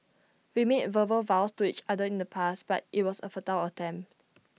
we made verbal vows to each other in the past but IT was A futile attempt